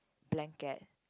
blanket